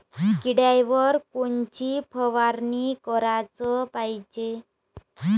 किड्याइवर कोनची फवारनी कराच पायजे?